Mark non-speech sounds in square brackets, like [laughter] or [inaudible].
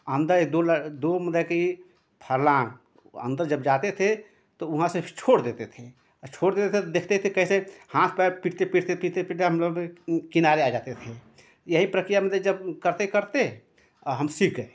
अन्दर एक दो [unintelligible] दो मतलब कि फलाँ अन्दर जब जाते थे तो वहाँ से छोड़ देते थे और छोड़ देते थे देखते थे कैसे हाथ पैर पीटते पीटते पीटते पीटते हमलोग किनारे आ जाते थे यही प्रक्रिया मतलब जब करते करते और हम सीख गए